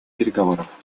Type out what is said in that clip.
переговоров